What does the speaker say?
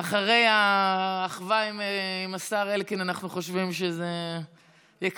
אחרי האחווה עם השר אלקין אנחנו חושבים שזה יקלקל.